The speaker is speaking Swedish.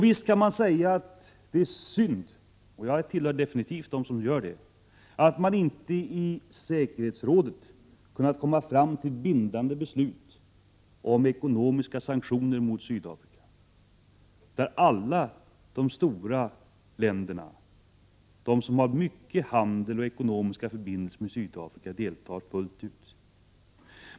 Visst kan man säga — och jag tillhör dem som gör det - att det är synd att man inte i säkerhetsrådet har kunnat komma fram till bindande beslut om ekonomiska sanktioner mot Sydafrika där alla de stora länderna, de som bedriver mycket handel och har omfattande ekonomiska förbindelser med Sydafrika, deltar fullt ut.